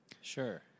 Sure